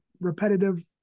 repetitive